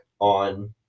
on